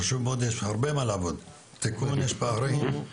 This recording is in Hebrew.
זה חשוב מאוד, יש הרבה על לעבוד, יש הרבה פערים.